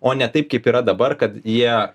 o ne taip kaip yra dabar kad jie